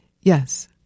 yes